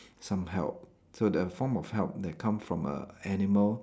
some help so the form of help that come from a animal